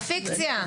זה פיקציה,